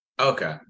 Okay